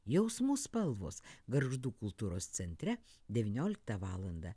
jausmų spalvos gargždų kultūros centre devynioliktą valandą